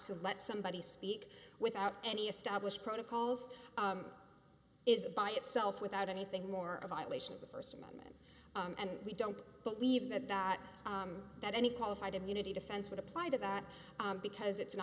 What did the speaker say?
to let somebody speak without any established protocols is by itself without anything more of a violation of the st amendment and we don't believe that that that any qualified immunity defense would apply to that because it's an